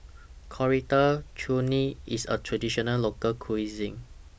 Coriander Chutney IS A Traditional Local Cuisine